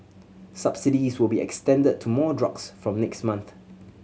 subsidies will be extended to more drugs from next month